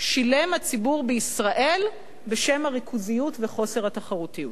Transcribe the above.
שילם הציבור בישראל בשם הריכוזיות וחוסר התחרותיות.